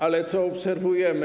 Ale co obserwujemy?